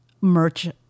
merch